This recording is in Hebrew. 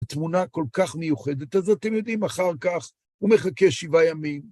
תמונה כל כך מיוחדת, אז אתם יודעים, אחר כך הוא מחכה שבעה ימים.